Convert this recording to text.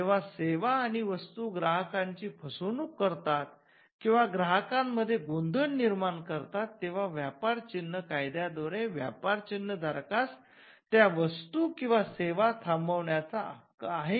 जेंव्हा सेवा आणि वस्तू ग्राहकांची फसवणूक करतात किंवा ग्राहकांमध्ये मध्ये गोंधळ निर्माण करतात तेंव्हा व्यापर चिन्ह कायद्या द्वारे व्यापार चिन्ह धारकास त्या वस्तू किवा सेवा थांबवण्याचा हक्क आहे